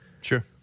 Sure